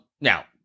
Now